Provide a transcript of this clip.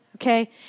Okay